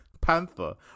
Panther